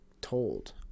told